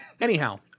Anyhow